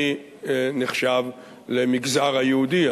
אני נחשב למגזר היהודי,